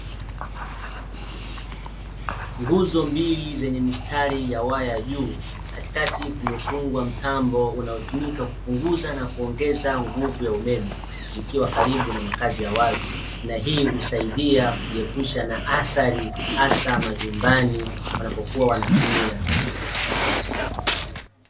Nguzo mbili zenye mistari ya waya juu, katikati kumefungwa mtambo unaotumika kupunguza na kuongeza nguvu ya umeme zikiwa karibu na makazi ya watu, na hii husaidia kujiepusha na athari hasa majumbani wanapokuwa wanatumia.